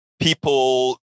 people